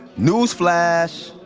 newsflash!